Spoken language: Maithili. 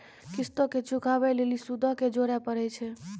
किश्तो के चुकाबै लेली सूदो के जोड़े परै छै